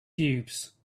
cubes